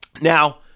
now